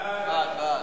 אדוני.